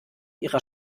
ihrer